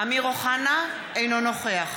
אינו נוכח